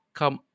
come